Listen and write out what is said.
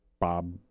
Bob